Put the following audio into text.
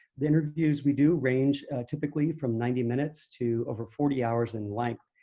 the interviews we do range typically from ninety minutes to over forty hours in length,